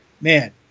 Man